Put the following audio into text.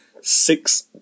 six